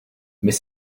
mais